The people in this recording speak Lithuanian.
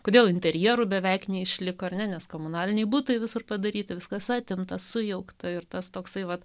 kodėl interjerų beveik neišliko ar ne nes komunaliniai butai visur padaryti viskas atimta sujaukta ir tas toksai vat